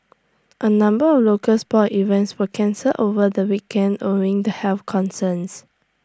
A number of local sports events were cancelled over the weekend owing to health concerns